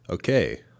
Okay